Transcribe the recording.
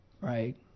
Right